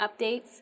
updates